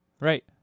right